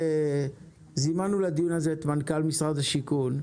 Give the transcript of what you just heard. זימנו לדיון את מנכ"ל משרד השיכון,